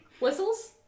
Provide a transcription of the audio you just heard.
Whistles